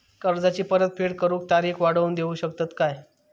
कर्जाची परत फेड करूक तारीख वाढवून देऊ शकतत काय?